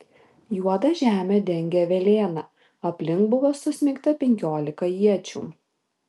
juodą žemę dengė velėna aplink buvo susmeigta penkiolika iečių